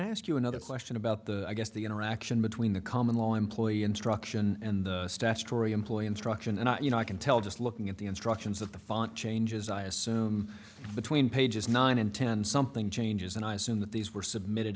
i ask you another question about the i guess the interaction between the common law employee instruction and the statutory employee instruction and you know i can tell just looking at the instructions that the font changes i assume between pages nine and ten something changes and i assume that these were submitted